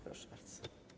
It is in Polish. Proszę bardzo.